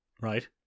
right